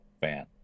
fan